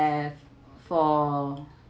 have for